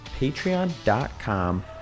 patreon.com